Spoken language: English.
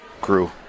crew